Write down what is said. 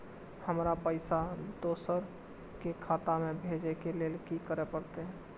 हमरा पैसा दोसर के खाता में भेजे के लेल की करे परते?